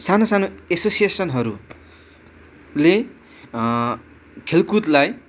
सानोसानो एसोसिएसनहरूले खेलकुदलाई